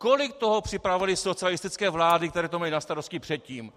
Kolik toho připravily socialistické vlády, které to měly na starosti předtím?